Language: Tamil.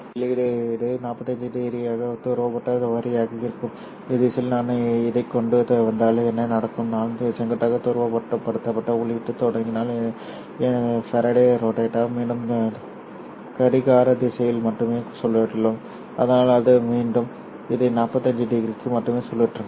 எனவே வெளியீடு 45 டிகிரி துருவப்படுத்தப்பட்ட வரியாக இருக்கும் இந்த திசையில் நான் இதைக் கொண்டு வந்தால் என்ன நடக்கும் நான் செங்குத்தாக துருவப்படுத்தப்பட்ட உள்ளீட்டைத் தொடங்கினால் என் ஃபாரடே ரோட்டேட்டர் மீண்டும் கடிகார திசையில் மட்டுமே சுழலும் அதனால் அது மீண்டும் இதை 45 டிகிரிக்கு மட்டும் சுழற்றுங்கள்